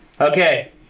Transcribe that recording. Okay